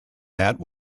that